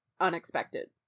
unexpected